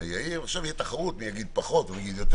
יאיר עכשיו תהיה תחרות מי יגיד פחות ומי יגיד יותר